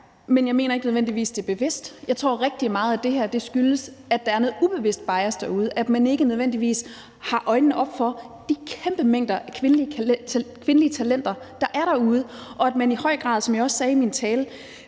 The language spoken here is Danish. men jeg mener ikke nødvendigvis, det er bevidst. Jeg tror, at rigtig meget af det her skyldes, at der er noget ubevidst bias derude, altså at man ikke nødvendigvis har øjnene åbne for de kæmpe mængder af kvindeligt talent, der er derude, og at personer i høj grad, som jeg også sagde i min tale,